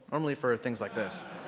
normally for things like this.